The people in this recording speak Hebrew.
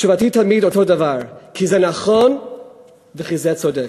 תשובתי היא תמיד אותו דבר: כי זה נכון וכי זה צודק.